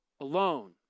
alone